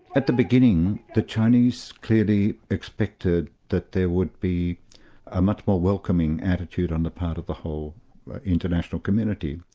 at the beginning the chinese clearly expected that there would be a much more welcoming attitude on the part of the whole international community.